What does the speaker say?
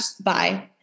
bye